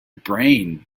brain